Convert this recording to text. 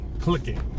clicking